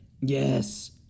Yes